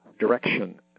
Direction